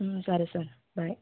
సరే sir bye